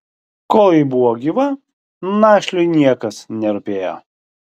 kol ji buvo gyva našliui niekas nerūpėjo